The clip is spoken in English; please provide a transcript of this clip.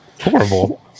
Horrible